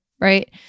right